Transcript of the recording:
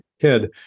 kid